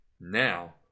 Now